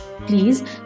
Please